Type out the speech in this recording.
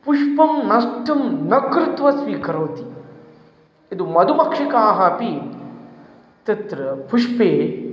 पुष्पं नष्टं न कृत्वा स्वीकरोति यद् मधुमक्षिकाः अपि तत्र पुष्पे